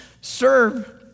serve